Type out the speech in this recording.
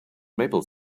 maple